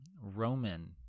Roman